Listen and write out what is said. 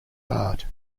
art